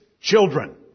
children